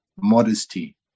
Modesty